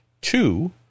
two